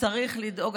שצריך לדאוג.